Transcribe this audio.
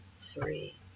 three